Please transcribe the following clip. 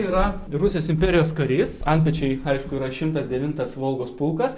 yra rusijos imperijos karys antpečiai aišku yra šimtas devintas volgos pulkas